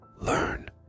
learn